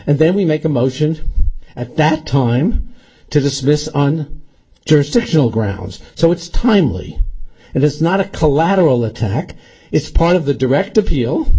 and then we make a motion at that time to dismiss on jurisdictional grounds so it's timely and it's not a collateral attack it's part of the direct appeal